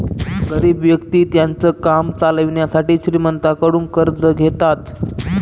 गरीब व्यक्ति त्यांचं काम चालवण्यासाठी श्रीमंतांकडून कर्ज घेतात